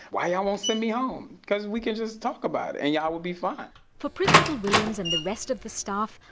why y'all won't send me home? because we can just talk about it and y'all would be fine for principal williams and the rest of the staff,